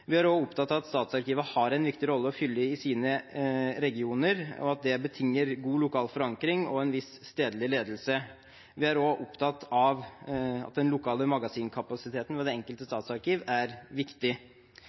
fortsatt. Vi er opptatt av at statsarkivene har en viktig rolle å fylle i sine regioner, og at det betinger god lokal forankring og en viss stedlig ledelse. Vi er også opptatt av at den lokale magasinkapasiteten ved det enkelte